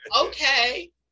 Okay